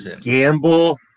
gamble